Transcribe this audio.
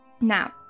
Now